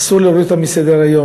אסור להוריד אותם מסדר-היום.